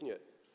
Nie.